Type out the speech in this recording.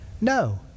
No